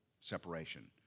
separation